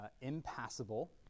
impassable